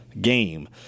game